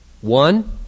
One